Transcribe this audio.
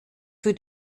für